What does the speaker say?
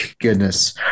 goodness